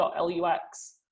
LUX